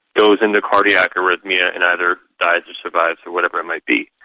goes into cardiac arrhythmia and either dies or survives or whatever it might be.